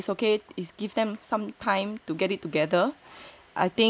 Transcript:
他们在 learn ah is okay is give them some time to get it together